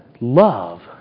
Love